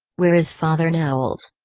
where is father knowles?